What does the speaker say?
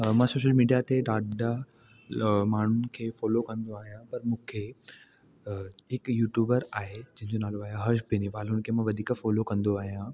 मां social media ते डाढा माण्हुनि खे फोलो कंदो आहियां पर मूंखे हिकु यूट्यूबर आहे जंहिंजो नालो आहे हर्ष बेनीवाल उन खे मां वधीक फोलो कंदो आहियां